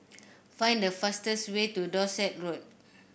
find the fastest way to Dorset Road